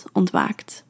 ontwaakt